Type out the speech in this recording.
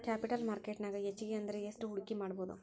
Capital market ನ್ಯಾಗ್ ಹೆಚ್ಗಿ ಅಂದ್ರ ಯೆಸ್ಟ್ ಹೂಡ್ಕಿಮಾಡ್ಬೊದು?